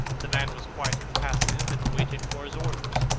the man was quite impassive and waited for his orders.